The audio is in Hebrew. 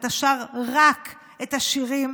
אתה שר רק את השירים